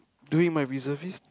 doing my reservist